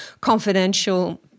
confidential